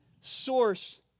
source